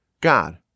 God